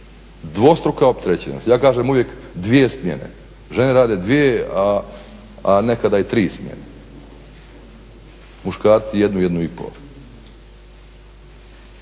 Dvostruka opterećenost, ja kažem uvijek dvije smjene, žene rade dvije a nekada i tri smjene. Muškarci jednu, jednu i pol.